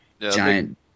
Giant